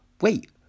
wait